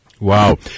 Wow